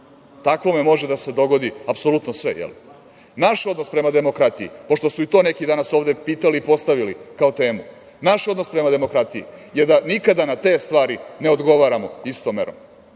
Takvome može da se dogodi apsolutno sve. Naš odnos prema demokratiji, pošto su i to neki danas ovde pitali i postavili kao temu, naš odnos prema demokratiji je da nikada na te stvari ne odgovaramo istom merom.